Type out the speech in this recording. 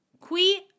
Qui